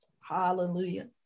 Hallelujah